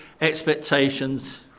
expectations